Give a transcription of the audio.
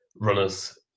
runners